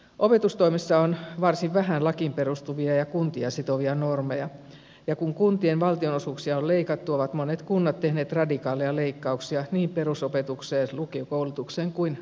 opetustoimessa on varsin vähän lakiin perustuvia ja kuntia sitovia normeja ja kun kuntien valtionosuuksia on leikattu ovat monet kunnat tehneet radikaaleja leikkauksia niin perusopetukseen lukiokoulutukseen kuin ammattikoulutukseenkin